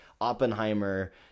oppenheimer